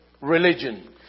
religion